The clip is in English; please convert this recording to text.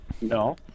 No